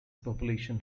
population